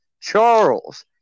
Charles